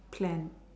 planned